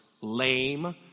lame